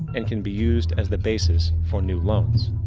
and can be used as the basis for new loans.